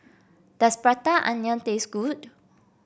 does Prata Onion taste good